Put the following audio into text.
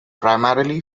primarily